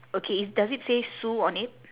okay it's does it say sue on it